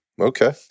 Okay